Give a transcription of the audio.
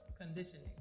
conditioning